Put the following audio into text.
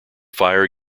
fire